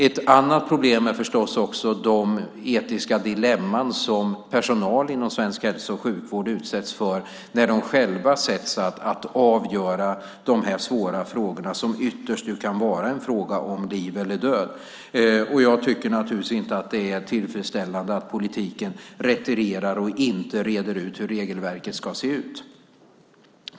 Ett annat problem är de etiska dilemman som personal inom svensk hälso och sjukvård utsätts för när de själva sätts att avgöra dessa svåra frågor som ytterst kan vara en fråga om liv eller död. Jag tycker inte att det är tillfredsställande att politiken retirerar och inte reder ut hur regelverket ska se ut.